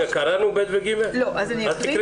תקריאי קודם את (ב) ו-(ג) ואז תסבירי.